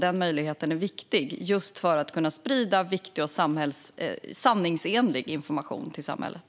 Den möjligheten är viktig just för att kunna sprida viktig, sanningsenlig information till samhället.